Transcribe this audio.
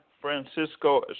Francisco